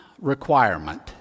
requirement